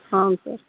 ಹಾಂ ಸರ್